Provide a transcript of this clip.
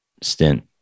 stint